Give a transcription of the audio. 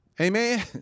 Amen